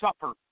suffer